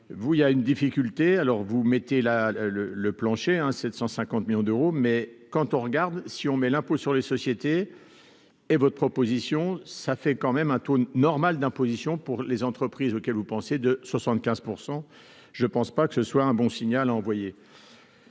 vous il y a une difficulté alors vous mettez là le le le plancher hein 750 millions d'euros, mais quand on regarde si on met l'impôt sur les sociétés et votre proposition, ça fait quand même un taux normal d'imposition pour les entreprises auxquelles vous pensez de 75 % je pense pas que ce soit un bon signal envoyé.